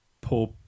poor